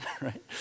right